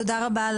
תודה רבה על